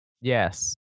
Yes